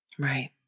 Right